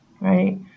right